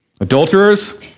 Adulterers